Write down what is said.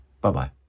Bye-bye